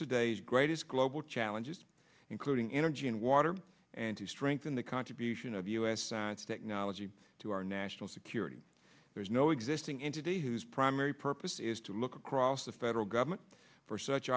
today's greatest global challenges including energy and water and to strengthen the contribution of u s science technology to our national security there is no existing entity whose primary purpose is to look across the federal government for such